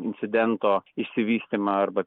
incidento išsivystymą arba